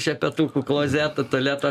šepetuku klozetą tualetą